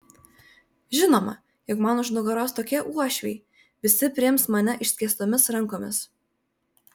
žinoma juk man už nugaros tokie uošviai visi priims mane išskėstomis rankomis